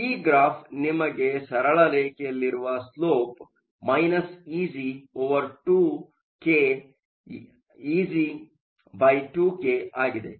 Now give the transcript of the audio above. ಈ ಗ್ರಾಫ್ ನಿಮಗೆ ಸರಳರೇಖೆಯಲ್ಲಿರುವ ಸ್ಲೋಪ್ ಇಜಿ ಒವರ್ 2 ಕೆEg2k ಆಗಿದೆ